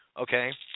okay